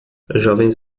jovens